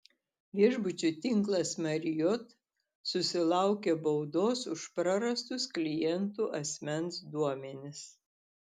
viešbučių tinklas marriott susilaukė baudos už prarastus klientų asmens duomenis